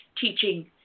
teaching